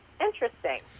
interesting